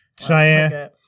Cheyenne